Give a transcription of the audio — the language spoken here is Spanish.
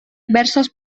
versos